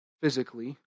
physically